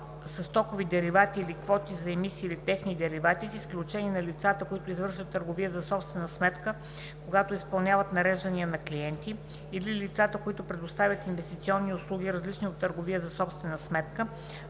със стокови деривати или квоти за емисии или техни деривати, с изключение на лицата, които извършват търговия за собствена сметка, когато изпълняват нареждания на клиенти; или лицата, които предоставят инвестиционни услуги, различни от търговия за собствена сметка,